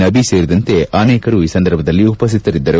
ನಬಿ ಸೇರಿದಂತೆ ಅನೇಕರು ಉಪಸ್ಥಿತರಿದ್ದರು